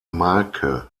marke